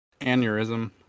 aneurysm